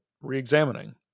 re-examining